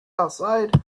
outside